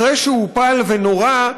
אחרי שהוא הופל ונורה,